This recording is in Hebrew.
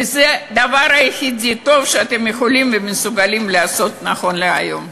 וזה הדבר היחיד הטוב שאתם יכולים ומסוגלים לעשות נכון להיום.